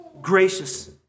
gracious